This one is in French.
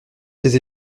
ses